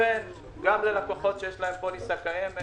לכן גם ללקוחות שיש להם פוליסה קיימת